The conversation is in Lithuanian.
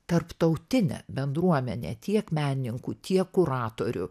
tarptautinę bendruomenę tiek menininkų tiek kuratorių